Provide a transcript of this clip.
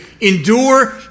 endure